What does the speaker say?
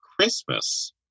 Christmas